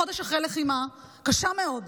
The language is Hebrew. חודש אחרי לחימה קשה מאוד,